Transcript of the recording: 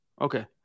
Okay